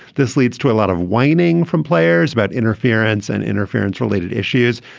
this leads to a lot of whining from players about interference and interference related issues.